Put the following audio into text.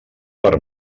per